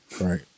Right